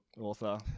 author